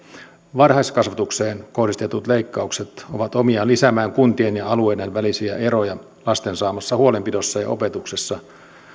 varhaiskasvatukseen kohdistetut leikkaukset ovat omiaan lisäämään kuntien ja alueiden välisiä eroja lasten saamassa huolenpidossa ja opetuksessa